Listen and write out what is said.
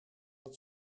het